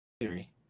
theory